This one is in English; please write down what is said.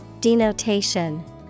Denotation